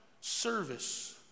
service